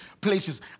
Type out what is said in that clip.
places